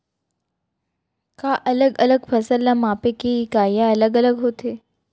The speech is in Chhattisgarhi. का अलग अलग फसल ला मापे के इकाइयां अलग अलग होथे?